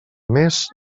més